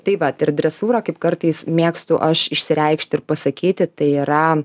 tai vat ir dresūra kaip kartais mėgstu aš išsireikšti ir pasakyti tai yra